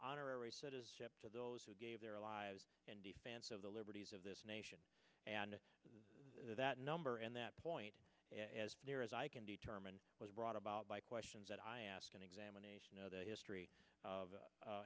honorary citizenship to those who gave their lives in defense of the liberties of this nation and that number and that point as near as i can determine it was brought about by questions that i ask an examination of the history of